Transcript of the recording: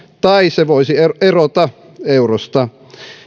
tai se voisi erota eurosta